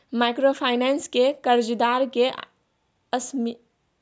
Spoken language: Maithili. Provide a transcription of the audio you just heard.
माइक्रोफाइनेंस के कर्जदार के असामयिक निधन के उपरांत कर्ज के की होतै?